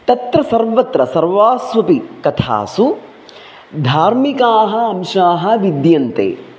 तत्र सर्वत्र सर्वास्वपि कथासु धार्मिकाः अंशाः विद्यन्ते